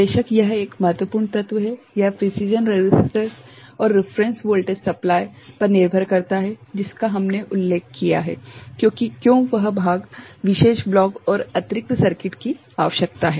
बेशक यह एक महत्वपूर्ण तत्व है यह प्रिसीजन रजिस्टरों और रिफ्रेन्स वोल्टेज सप्लाई पर निर्भर करता है जिसका हमने उल्लेख किया है कि क्यों वह भाग विशेष ब्लॉक और अतिरिक्त सर्किटरी की आवश्यकता है